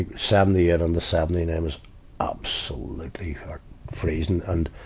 ah seventy eight and seventy nine was absolutely freezing. and,